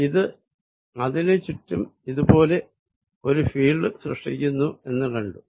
ഇത് അതിനു ചുറ്റും ഇത് പോലെ ഒരു ഫീൽഡ് സൃഷ്ടിക്കുന്നു എന്ന് കണ്ടു